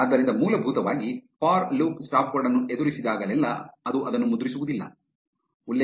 ಆದ್ದರಿಂದ ಮೂಲಭೂತವಾಗಿ for loop stopword ಅನ್ನು ಎದುರಿಸಿದಾಗಲೆಲ್ಲಾ ಅದು ಅದನ್ನು ಮುದ್ರಿಸುವುದಿಲ್ಲ